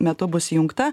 metu bus įjungta